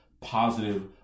positive